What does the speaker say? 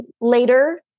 later